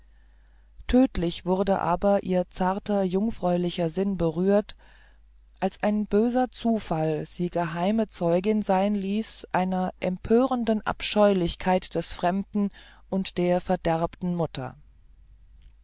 tödlich wurde aber ihr zarter jungfräulicher sinn berührt als ein böser zufall sie geheime zeugin sein ließ einer empörenden abscheulichkeit des fremden und der verderbten mutter